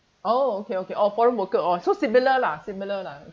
oh okay okay oh foreign worker oh so similar lah similar lah